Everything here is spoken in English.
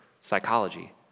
psychology